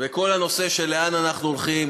וכל הנושא של לאן אנחנו הולכים.